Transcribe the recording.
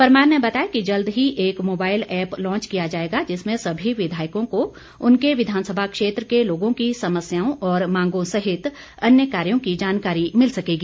परमार ने बताया कि जल्द ही एक मोबाईल ऐप लाँच किया जाएगा जिसमें सभी विधायकों को उनके विधानसभा क्षेत्र के लोगों की समस्याओं और मांगों सहित अन्य कार्यों की जानकारी मिल सकेगी